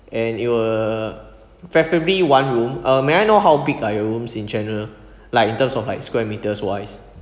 and it were preferably one room uh may I know how big ah your rooms in general like in terms of like square metres wise